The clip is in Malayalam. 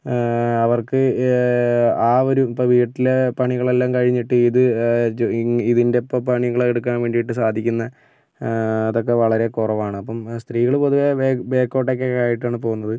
അവർക്ക് ആ ഒരു ഇപ്പോൾ വീട്ടിലെ പണികളെല്ലാം കഴിഞ്ഞിട്ട് ഇത് ഇതിൻ്റെ ഇപ്പോൾ പണികൾ എടുക്കാൻ വേണ്ടിയിട്ട് സാധിക്കുന്നത് അതൊക്കെ വളരെ കുറവാണ് അപ്പം സ്ത്രീകൾ അപ്പോൾ പൊതുവെ ബാക്കിലോട്ടേക്ക് ഒക്കെ ആയിട്ടാണ് പോകുന്നത്